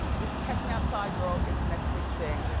this catch me outside girl is the next big thing,